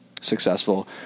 successful